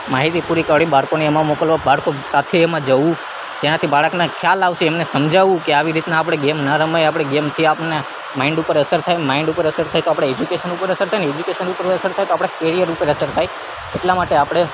માહિતી પૂરી કરવી બાળકોને એમાં મોકલવા બાળકો સાથે એમાં જવું ત્યાંથી બાળકને ખ્યાલ આવશે એમને સમજાવું કે આવી રીતના આપણે ગેમ ન રમાય આપણે ગેમથી આપને માઈન્ડ ઉપર અસર થાય માઈન્ડ ઉપર અસર થાય તો એજ્યુકેસન ઉપર અસર થાય અને એજ્યુકેશન ઉપર અસર થાય તો આપણા કેરિયર ઉપર અસર થાય એટલા માટે આપણે